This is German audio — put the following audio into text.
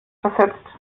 versetzt